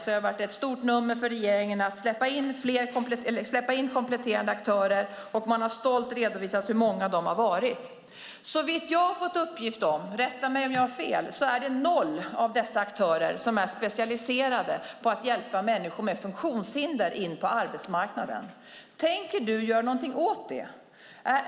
Det har varit ett stort nummer för regeringen att släppa in kompletterande aktörer, och man har stolt redovisat hur många de har varit. Såvitt jag har fått uppgift om - rätta mig om jag har fel - är det noll av dessa aktörer som är specialiserade på att hjälpa människor med funktionshinder in på arbetsmarknaden. Tänker ministern göra någonting åt det?